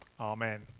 Amen